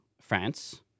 France